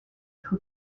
who